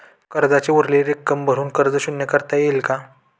कर्जाची उरलेली रक्कम भरून कर्ज शून्य करता येईल का?